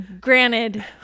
granted